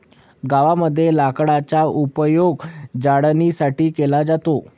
गावामध्ये लाकडाचा उपयोग जळणासाठी केला जातो